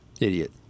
Idiot